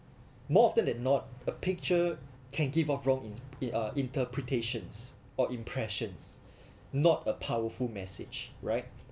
more often than not a picture can give of wrong in uh interpretations or impressions not a powerful message right